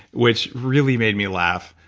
which really made me laugh.